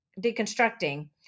deconstructing